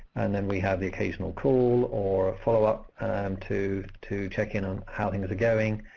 and then we have the occasional call or follow-up um to to check in on how things are going,